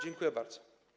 Dziękuję bardzo.